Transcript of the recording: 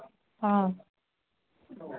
অ